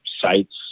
sites